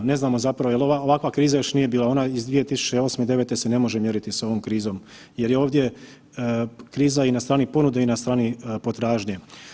Ne znamo zapravo jer ovakva kriza još nije bila, ona iz 2008., 2009. se ne može mjeriti s ovom krizom jer je ovdje kriza i na strani ponude i na strani potražnje.